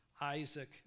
Isaac